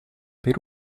per